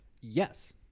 Yes